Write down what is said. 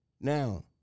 Now